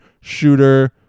shooter